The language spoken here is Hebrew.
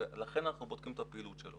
ולכן אנחנו בודקים את הפעילות שלו.